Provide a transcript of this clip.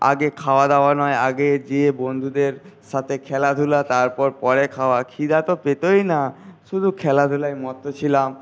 আগে খাওয়া দাওয়া নয় আগে গিয়ে বন্ধুদের সাথে খেলাধুলা তারপর পরে খাওয়া খিদে তো পেতোই না শুধু খেলাধুলায় মত্ত ছিলাম